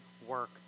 work